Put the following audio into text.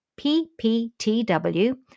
PPTW